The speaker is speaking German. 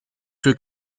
für